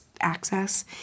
access